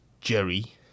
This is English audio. Jerry